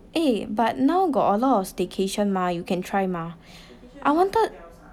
eh but now got alot of staycation mah you can try mah I wanted